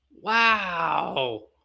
Wow